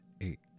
eight